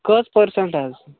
کٔژ پٔرسنٛٹ حظ